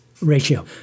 ratio